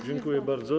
Dziękuję bardzo.